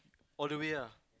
all the way ah